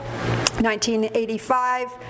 1985